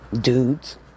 Dudes